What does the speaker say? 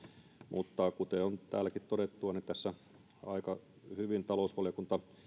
mutta kuten on täälläkin todettu niin tässä aika hyvin talousvaliokunta